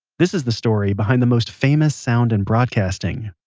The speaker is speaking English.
this is the story behind the most famous sound in broadcasting,